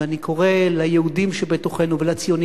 ואני קורא ליהודים שבתוכנו ולציונים